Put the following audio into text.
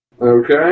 Okay